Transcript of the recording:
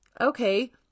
okay